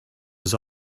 was